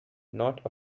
not